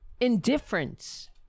indifference